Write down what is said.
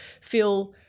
feel